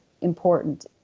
important